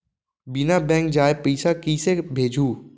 बिना बैंक जाये पइसा कइसे भेजहूँ?